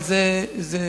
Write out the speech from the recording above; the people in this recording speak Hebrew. אבל זה באמת,